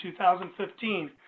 2015